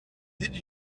did